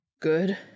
Good